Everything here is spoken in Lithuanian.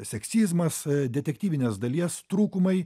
seksizmas detektyvinės dalies trūkumai